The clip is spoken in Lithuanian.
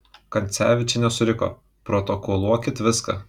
kancevyčienė suriko protokoluokit viską